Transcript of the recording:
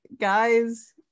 guys